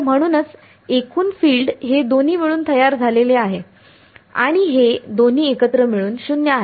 तर म्हणूनच एकूण फील्ड हे दोन्ही मिळून तयार झाले आहे आणि हे दोन्ही एकत्र मिळून 0 आहे